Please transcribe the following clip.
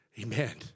Amen